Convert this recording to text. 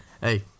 Hey